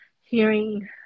hearing